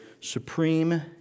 supreme